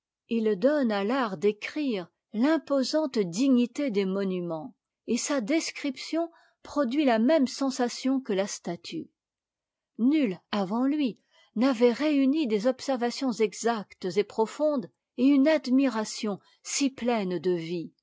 h donne à l'art d'écrire l'imposante dignité des monuments et sa description produit la même sensation que la statue nul avant lui n'avait réuni des observations exactes et profondes et une admiration si pleine de vie